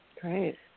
Great